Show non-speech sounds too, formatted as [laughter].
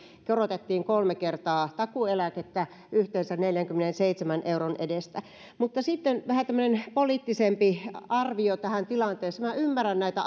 korotettiin kolme kertaa takuueläkettä yhteensä neljänkymmenenseitsemän euron edestä sitten vähän tämmöinen poliittisempi arvio tähän tilanteeseen minä ymmärrän näitä [unintelligible]